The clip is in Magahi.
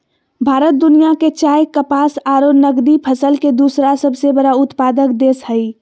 भारत दुनिया के चाय, कपास आरो नगदी फसल के दूसरा सबसे बड़ा उत्पादक देश हई